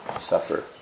suffer